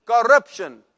corruption